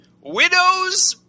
widows